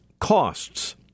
costs